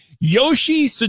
Yoshi